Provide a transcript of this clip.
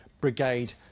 brigade